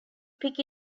pick